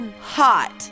hot